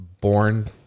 born